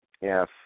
Yes